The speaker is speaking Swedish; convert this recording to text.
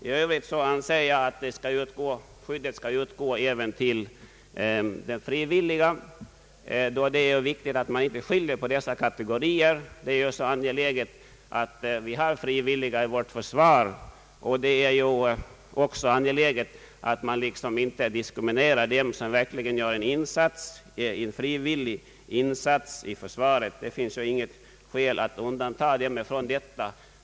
I övrigt anser jag att skyddet skall utgå även till frivilliga, då det är viktigt att man inte skiljer på olika kategorier. Det är ju angeläget att vi har frivilliga i vårt försvar, och det är också angeläget att man inte diskriminerar dem som vill göra en frivillig insats i försvaret. Det finns inget skäl att undanta dem i det här avseendet.